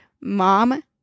mom